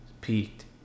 Peaked